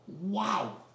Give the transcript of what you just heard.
Wow